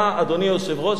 אדוני היושב-ראש,